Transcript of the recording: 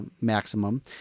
maximum